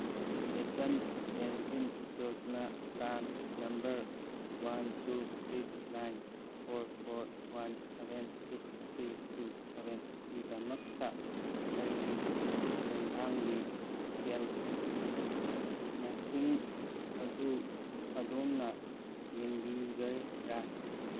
Atal pension Yojana PRAN number one two six nine four four one seven six three two ꯁꯚꯦꯟꯒꯤꯗꯃꯛꯇ ꯑꯩꯒꯤ ꯁꯦꯟꯊꯥꯡꯒꯤ ꯁꯦꯜ ꯃꯁꯤꯡ ꯑꯗꯨ ꯑꯗꯣꯝꯅ ꯌꯦꯡꯕꯤꯒꯦꯔꯥ